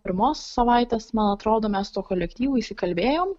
pirmos savaitės man atrodo mes tuo kolektyvu įsikalbėjom